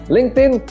LinkedIn